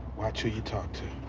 watch who you talk to.